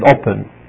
open